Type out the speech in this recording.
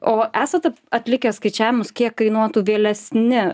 o esat atlikę skaičiavimus kiek kainuotų vėlesni